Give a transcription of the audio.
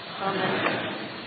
Amen